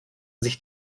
sich